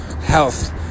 health